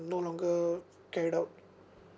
no longer carried out